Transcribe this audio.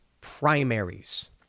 primaries